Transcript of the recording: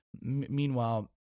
Meanwhile